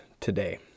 today